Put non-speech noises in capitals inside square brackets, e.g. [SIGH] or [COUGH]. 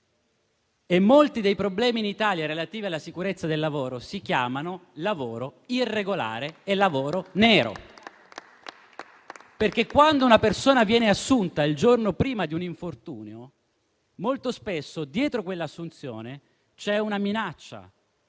molti dei problemi relativi alla sicurezza del lavoro si chiamano lavoro irregolare e lavoro nero, [APPLAUSE] perché, quando una persona viene assunta il giorno prima di un infortunio, molto spesso dietro quell'assunzione c'è una minaccia,